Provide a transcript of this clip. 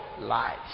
lives